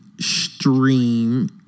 stream